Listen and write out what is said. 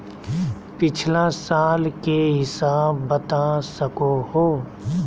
पिछला साल के हिसाब बता सको हो?